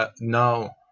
now